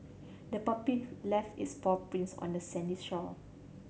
the puppy left its paw prints on the sandy shore